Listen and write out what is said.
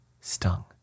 stung